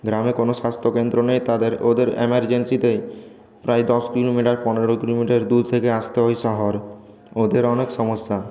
গ্রামে কোনো স্বাস্থকেন্দ্র নেই তাদের ওদের এমার্জেন্সিতে প্রায় দশ কিলোমিটার পনেরো কিলোমিটার দূর থেকে আসতে হয় শহর ওদের অনেক সমস্যা